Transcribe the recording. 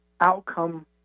outcome